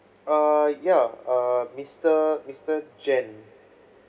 err ya err mister mister jan